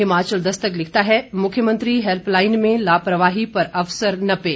हिमाचल दस्तक लिखता है मुख्यमंत्री हेल्पलाइन में लापरवाही पर अफसर नपे